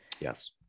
Yes